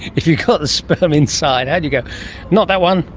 if you've got the sperm inside how do you go not that one,